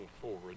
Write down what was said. forward